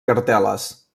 cartel·les